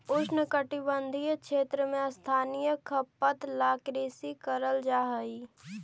उष्णकटिबंधीय क्षेत्र में स्थानीय खपत ला कृषि करल जा हई